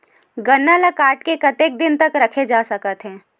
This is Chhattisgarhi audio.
गन्ना ल काट के कतेक दिन तक रखे जा सकथे?